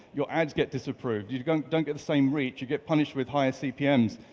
your ads get disapproved. you don't don't get the same reach. you get punished with higher cpms.